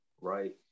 right